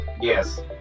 Yes